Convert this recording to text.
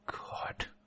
God